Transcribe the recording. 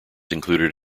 included